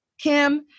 Kim